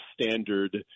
standard